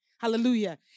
Hallelujah